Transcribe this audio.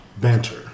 banter